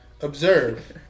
observe